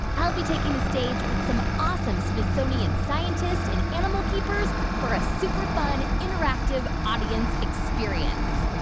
i'll be taking the stage with some awesome smithsonian scientists and animal keepers for a super fun, interactive audience experience.